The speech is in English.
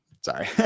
sorry